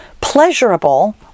pleasurable